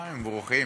הם ברוכים.